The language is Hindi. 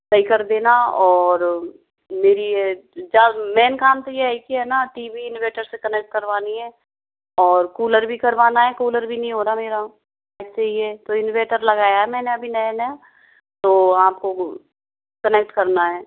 सही कर देना और मेरी ये जब मेन काम तो ये है ना टी वी इन्वर्टर से कनेक्ट करवानी है और कूलर भी करवाना है कूलर भी नहीं हो रहा मेरा ऐसे ही है एक तो इन्वर्टर लगाया है मैं ने अभी नया नया तो आप को वो कनेक्ट करना है